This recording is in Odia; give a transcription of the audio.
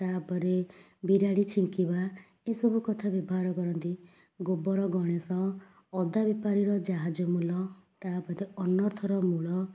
ତା'ପରେ ବିରାଡ଼ି ଛିଙ୍କିବା ଏସବୁ କଥା ବ୍ୟବହାର କରନ୍ତି ଗୋବର ଗଣେଶ ଅଦା ବେପାରୀର ଜାହାଜ ମୁଲ ତା'ପରେ ଅନର୍ଥର ମୂଳ